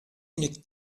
une